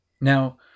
Now